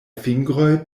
fingroj